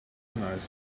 nice